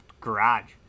garage